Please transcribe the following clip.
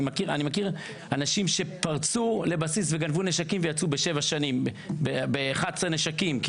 אני מכיר אנשים שפרצו לבסיס וגנבו נשקים ויצאו בשבע שנים ב-11 נשקים.